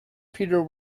peter